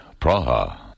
Praha. (